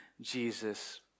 Jesus